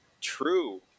True